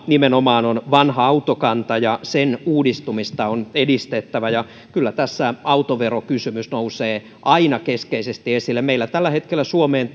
nimenomaan on vanha autokanta ja sen uudistumista on edistettävä ja kyllä tässä autoverokysymys nousee aina keskeisesti esille meillä tällä hetkellä suomeen